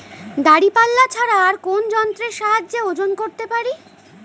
দাঁড়িপাল্লা ছাড়া আর কোন যন্ত্রের সাহায্যে ওজন করতে পারি?